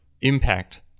impact